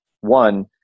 one